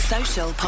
Social